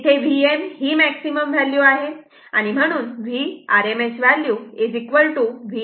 तिथे Vm ही maximum value आहे म्हणून V RMS व्हॅल्यू Vm√ 2 असे येईल